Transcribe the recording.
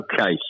Okay